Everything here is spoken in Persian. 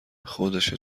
خودشه